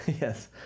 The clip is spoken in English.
yes